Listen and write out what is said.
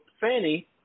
Fanny